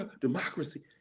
democracy